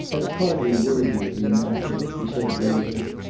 that's hardly worthy of you, natalie, he said gravely.